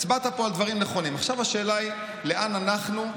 עכשיו השאלה היא לאן אנחנו,